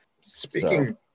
Speaking